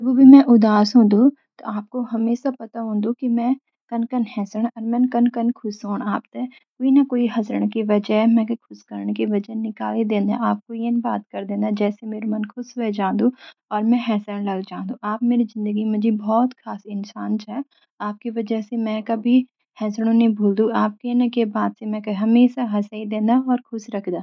जब भी मैं उदास हों दु त आपके हमेशा पता हों दु कि मैंन कन के हेसन और कन के खुश हों न। आप्ते कोई न कोई हसन की वजह मै ते खुश करण की वजह निकाली ही दे दे। आप कोई येन बात करी देन्द जैसी मेरू मन खुश वाई जां दु और मैं खुश वाई जांदू आप मेरी जिंदगी म बहुत जरूरी इंसान छ आपकी वजह सी मैं कभी हसनू नि भूल दु। आप कई न कई बात सी मेक हंसाई दे दा। और मै ते खुश रख दा